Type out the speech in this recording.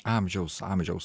amžiaus amžiaus